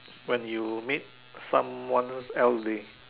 when you made someone else's day